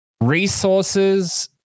resources